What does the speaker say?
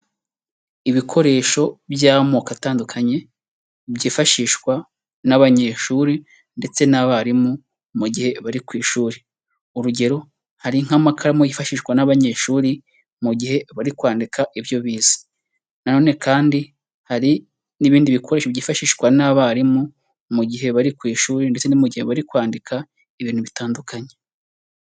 Ibikoresho by'amoko atandukanye byifashishwa n'abanyeshuri ndetse n'abarimu mu gihe bari ku ishuri, urugero hari nk'amakaramu, yifashishwa n'abanyeshuri mu gihe bari kwandika ibyo bize na none kandi hari n'ibindi bikoresho byifashishwa n'abarimu mu gihe bari ku ishuri ndetse no mu gihe bari kwandika ibintu bitandukanye.